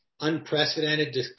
unprecedented